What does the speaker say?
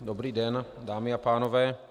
Dobrý den, dámy a pánové.